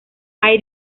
hay